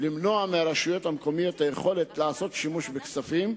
למנוע מהרשויות המקומיות את היכולת לעשות שימוש בכספים,